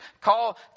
call